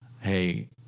Hey